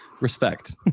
respect